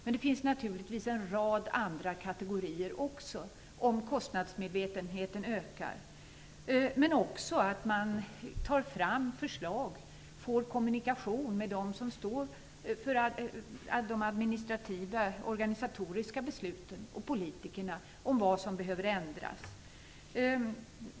Men det finns naturligtvis en rad andra kategorier också om kostnadsmedvetenheten ökar. Men man behöver också ta fram förslag, få kommunikation med dem som står för de administrativa, organisatoriska besluten och med politikerna om vad som behöver ändras.